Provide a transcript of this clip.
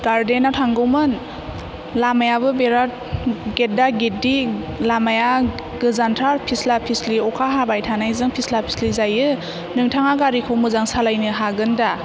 गार्देनआव थांगौमोन लामायाबो बिराथ गेददा गेददि लामाया गोजानथार फिस्ला फिस्लि अखा हाबाय थानायजों फिस्ला फिस्लि जायो नोंथाङा गारिखौ मोजां सालायनो हागोन दा